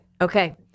Okay